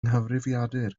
nghyfrifiadur